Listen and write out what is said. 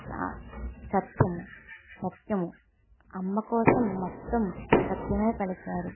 సా సత్యము సత్యము అమ్మ కోసం మొత్తం సత్యం పలికారు